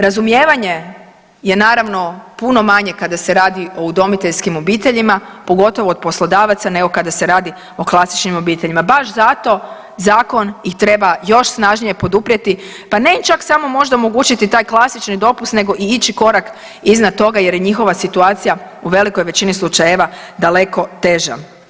Razumijevanje je naravno puno manje kada se radi o udomiteljskim obiteljima, pogotovo od poslodavaca, nego kada se radi o klasičnim obiteljima, baš zato zakon ih treba još snažnije poduprijeti, pa ne im čak samo možda omogućiti taj klasični dopust nego i ići korak iznad toga jer je njihova situacija u velikoj većini slučajeva daleko teža.